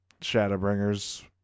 Shadowbringers